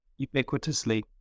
ubiquitously